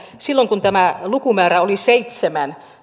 silloin kun tämä lukumäärä oli seitsemän